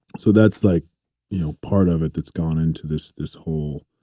so that's like you know part of it that's gone into this this whole